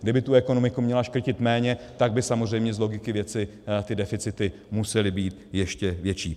Kdyby tu ekonomiku měla škrtit méně, tak by samozřejmě z logiky věci ty deficity musely být ještě větší.